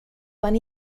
van